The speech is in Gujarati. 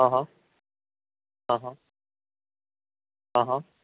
હ હ હહ હ હ